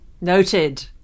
Noted